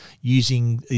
using